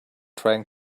trying